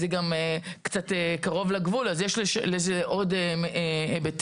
זה גם קצת קרוב לגבול, אז יש לזה עוד היבטים.